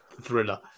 thriller